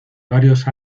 varios